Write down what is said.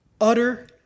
Utter